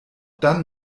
dann